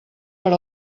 per